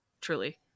Truly